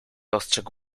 ostrzegł